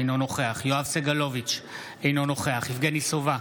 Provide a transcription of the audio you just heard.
אינו נוכח יואב סגלוביץ' אינו נוכח יבגני סובה,